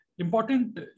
important